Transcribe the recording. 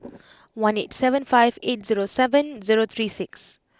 one eight seven five eight zero seven zero three six